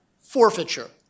forfeiture